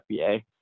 FBA